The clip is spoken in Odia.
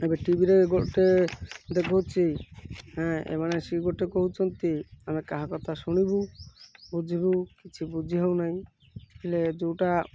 ଏବେ ଟିଭିରେ ଗୋଟେ ଦେଖଉଛି ଏମାନେ ଆସିକି ଗୋଟେ କହୁଛନ୍ତି ଆମେ କାହା କଥା ଶୁଣିବୁ ବୁଝିବୁ କିଛି ବୁଝି ହଉନହିଁ ହେଲେ ଯେଉଁଟା